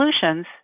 solutions